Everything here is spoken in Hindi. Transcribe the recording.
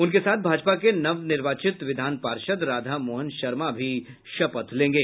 उनके साथ भाजपा के नवनिर्वाचित विधान पार्षद राधा मोहन शर्मा भी शपथ लेंगे